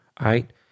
right